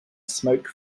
smoke